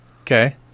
Okay